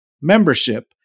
Membership